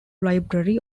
library